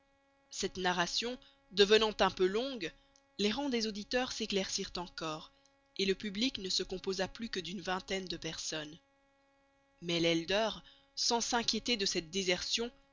cette narration devenant un peu longue les rangs des auditeurs s'éclaircirent encore et le public ne se composa plus que d'une vingtaine de personnes mais l'elder sans s'inquiéter de cette désertion